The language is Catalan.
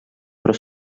però